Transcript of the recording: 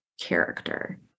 character